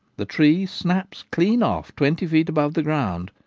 the tree snaps clean off twenty feet above the ground,